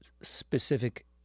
specific